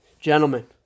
gentlemen